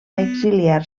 exiliar